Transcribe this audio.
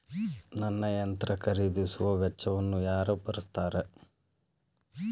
ನನ್ನ ಯಂತ್ರ ಖರೇದಿಸುವ ವೆಚ್ಚವನ್ನು ಯಾರ ಭರ್ಸತಾರ್?